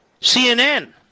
CNN